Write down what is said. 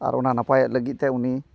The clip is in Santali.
ᱟᱨ ᱚᱱᱟ ᱱᱟᱯᱟᱭᱚᱜ ᱞᱟᱹᱜᱤᱫᱛᱮ ᱩᱱᱤ